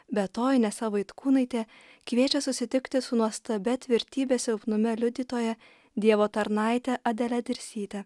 be to inesa vaitkūnaitė kviečia susitikti su nuostabia tvirtybės silpnume liudytoja dievo tarnaite adele dirsyte